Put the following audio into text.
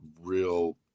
real